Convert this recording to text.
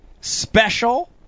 special